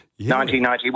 1991